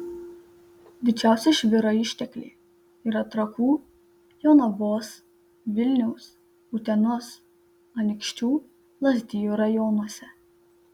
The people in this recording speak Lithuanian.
didžiausi žvyro ištekliai yra trakų jonavos vilniaus utenos anykščių lazdijų rajonuose